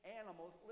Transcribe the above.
animals